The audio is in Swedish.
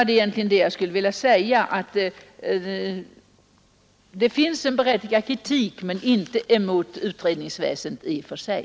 Det finns alltså, vill jag säga, en berättigad kritik men inte mot utredningsväsendet i och för sig.